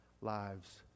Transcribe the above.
lives